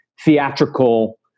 theatrical